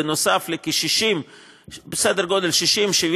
בנוסף לסדר גודל של כ-60,000,